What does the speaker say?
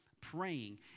praying